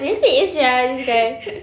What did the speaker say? merepek sia this guy